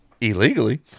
illegally